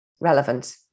relevant